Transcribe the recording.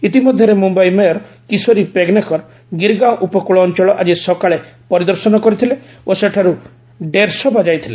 ଇତିମଧ୍ୟରେ ମଧ୍ୟାଇ ମେୟର କିଶୋରୀ ପେଗ୍ନେକର ଗିର୍ଗାଓଁ ଉପକୃଳ ଅଞ୍ଚଳ ଆଜି ସକାଳେ ପରିଦର୍ଶନ କରିଥିଲେ ଓ ସେଠାରୁ ଡେରସୋବା ଯାଇଥିଲେ